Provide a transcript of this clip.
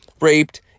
raped